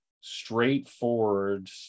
straightforward